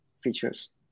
features